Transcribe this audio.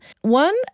one